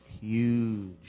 huge